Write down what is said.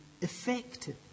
effective